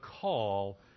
call